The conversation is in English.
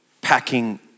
packing